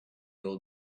old